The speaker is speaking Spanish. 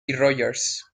rogers